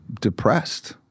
depressed